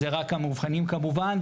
זה רק המאובחנים כמובן.